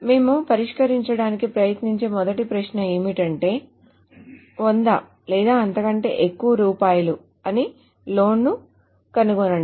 మేము పరిష్కరించడానికి ప్రయత్నించే మొదటి ప్రశ్న ఏమిటంటే 100 లేదా అంతకంటే ఎక్కువ రూపాయల అన్ని లోన్ లను కనుగొనండి